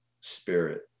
spirit